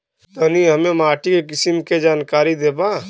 तनि हमें माटी के किसीम के जानकारी देबा?